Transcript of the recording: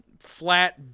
flat